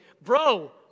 bro